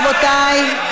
רבותי,